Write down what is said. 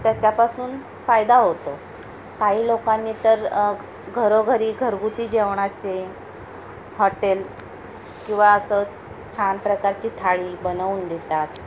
त्याच्यापासून फायदा होतो काही लोकांनी तर घरोघरी घरगुती जेवणाचे हॉटेल किंवा असं छान प्रकारची थाळी बनवून देतात